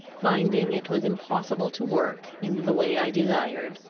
finding it was impossible to work, in the way i desired,